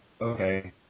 Okay